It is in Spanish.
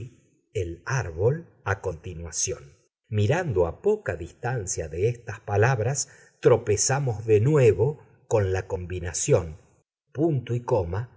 el árbol a continuación mirando a poca distancia de estas palabras tropezamos de nuevo con la combinación y la